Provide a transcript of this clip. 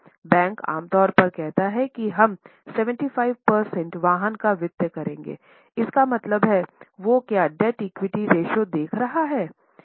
bank आमतौर पर कहते हैं कि हम 75 प्रतिशत वाहन का वित्त करेंगे इसका मतलब हैवो क्या डेब्ट इक्विटी रेश्यो देख रहे हैं